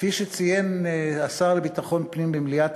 כפי שציין לפני כמה שבועות השר לביטחון פנים במליאת